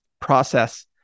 process